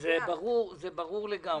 זה ברור לגמרי.